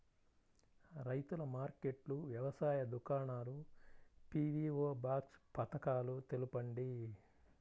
రైతుల మార్కెట్లు, వ్యవసాయ దుకాణాలు, పీ.వీ.ఓ బాక్స్ పథకాలు తెలుపండి?